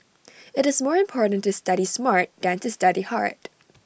IT is more important to study smart than to study hard